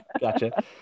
Gotcha